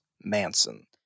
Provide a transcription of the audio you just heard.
Manson